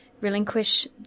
relinquish